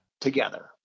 together